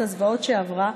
את הזוועות שעברה,